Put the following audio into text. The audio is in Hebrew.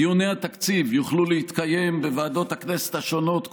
דיוני התקציב יוכלו להתקיים בוועדות הכנסת השונות,